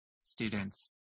students